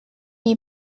you